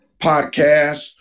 podcast